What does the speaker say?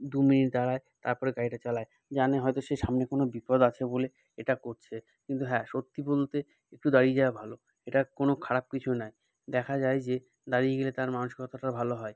দুমিনিট দাঁড়ায় তার পরে গাড়িটা চালায় জানে হয়তো সে সামনে কোনো বিপদ আছে বলে এটা করছে কিন্তু হ্যাঁ সত্যি বলতে একটু দাঁড়িয়ে যাওয়া ভালো এটা কোনো খারাপ কিছুই নয় দেখা যায় যে দাঁড়িয়ে গেলে তার মানসিকতাটাও ভালো হয়